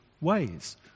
ways